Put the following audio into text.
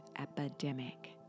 epidemic